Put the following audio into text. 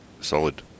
solid